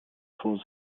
vor